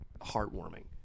heartwarming